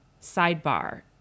sidebar